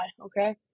okay